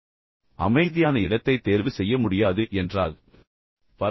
நீங்கள் ஒரு அமைதியான இடத்தை தேர்வு செய்ய முடியாது என்று நினைத்தால் அது கூட பரவாயில்லை